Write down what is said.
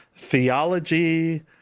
Theology